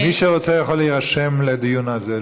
מי שרוצה יכול להירשם לדיון הזה.